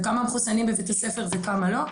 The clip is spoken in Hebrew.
וכמה מחוסנים בבית הספר וכמה לא,